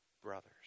brothers